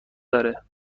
داره